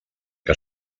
que